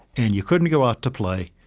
and you couldn't go out to play,